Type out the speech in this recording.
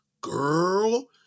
girl